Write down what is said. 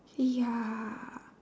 eh ya